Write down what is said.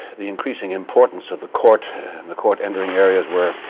the increasing importance of the court and the court entering areas where,